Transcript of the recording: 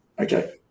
Okay